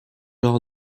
leur